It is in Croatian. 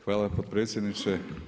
Hvala potpredsjedniče.